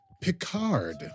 Picard